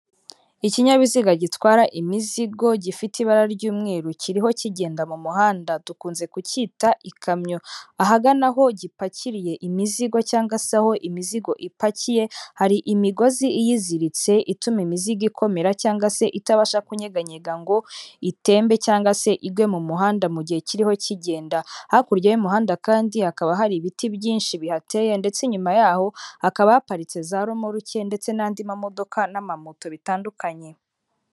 Ikinyabiziga gitwara imizigo, gifite ibara ry'umweru, kiriho kigenda mu muhanda, dukunze kucyita ikamyo. Ahagana aho gipakiriye imizigo cyangwa se aho imizigo ipakiye, hari imigozi iyiziritse ituma imizigo ikomera cyangwa se itabasha kunyeganyega ngo itembe cyangwa se igwe mu muhanda mu gihe kiriho kigenda. Hakurya y'umuhanda kandi hakaba hari ibiti byinshi bihateye ndetse inyuma yaho hakaba haparitse za romoruke ndetse n'andi mamodoka n'amamoto bitandukanye.